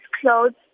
clothes